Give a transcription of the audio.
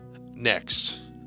next